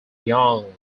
young